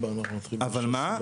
אבל מה?